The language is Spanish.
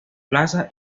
plaza